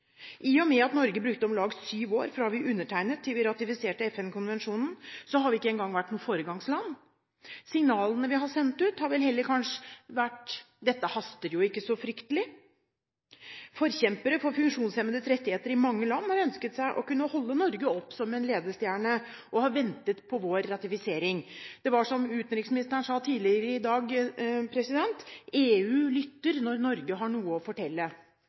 I og med at Norge brukte om lag syv år fra vi undertegnet til vi ratifiserte FN-konvensjonen, har vi ikke engang vært noe foregangsland. Signalene vi har sendt ut, har vel heller kanskje vært: Dette haster jo ikke så fryktelig. Forkjempere for funksjonshemmedes rettigheter i mange land har ønsket å kunne holde Norge opp som en ledestjerne, og har ventet på vår ratifisering. Det var som utenriksministeren sa tidligere i dag: EU lytter når Norge har noe å fortelle